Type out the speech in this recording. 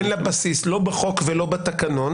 אין לה בסיס, לא בחוק ולא בתקנון.